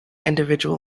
individual